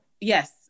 yes